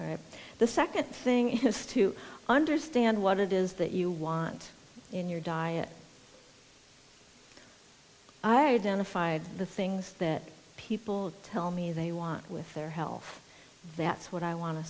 right the second thing is to understand what it is that you want in your diet i identified the things that people tell me they want with their health that's what i want to